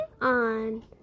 on